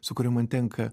su kuriuo man tenka